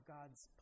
God's